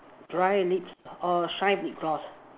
dry lips or shine lip gloss